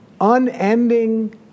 unending